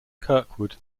kirkwood